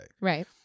Right